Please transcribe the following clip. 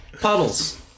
Puddles